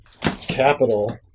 Capital